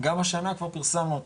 גם השנה כבר פירסמנו אותה,